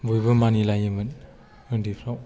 बयबो मानिलायोमोन उन्दैफ्राव